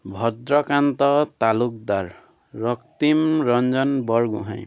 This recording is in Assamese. ভদ্ৰকান্ত তালুকদাৰ ৰক্তিম ৰঞ্জন বৰগোহাঁই